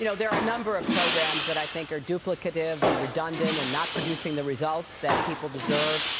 you know there are a number of programs that i think are duplicative and redundant and not producing the results that people deserve.